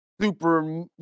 super